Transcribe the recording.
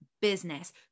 business